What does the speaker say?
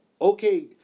Okay